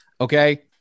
okay